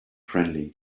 friendly